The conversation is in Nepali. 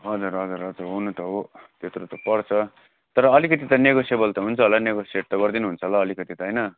हजुर हजुर हजुर हुनु त हो त्यत्रो त पर्छ तर अलिकति त नेगोसेबल त हुन्छ होला नेगोसिएट त गरिदिनु हुन्छ होला अलिकति त होइन